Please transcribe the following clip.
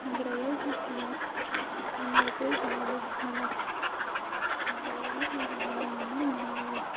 हाग्रायाव जिसिबां जुनारफोर दङ बे मानास माहारियारि हाग्रामायाव नुनो मोन्नाय जायो